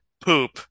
poop